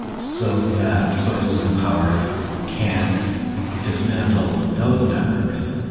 so that sources of power can't dismantle those networks.